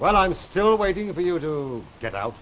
while i'm still waiting for you to get out